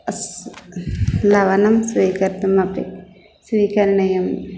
अस् लवणं स्वीकर्तुमपि स्वीकरणीयम्